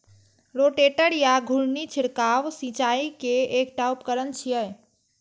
rotator या घुर्णी छिड़काव सिंचाइ के एकटा उपकरण छियै